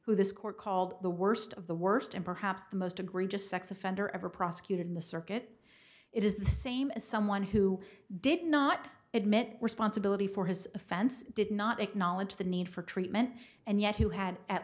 who this court called the worst of the worst and perhaps the most egregious sex offender ever prosecuted in the circuit it is the same as someone who did not admit responsibility for his offense did not acknowledge the need for treatment and yet who had at